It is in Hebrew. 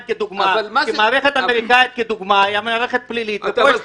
כדוגמה כי המערכת האמריקאית כדוגמה היא מערכת פלילית ופה לא.